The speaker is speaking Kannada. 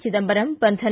ಚಿದಂಬರಂ ಬಂಧನ